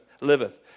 liveth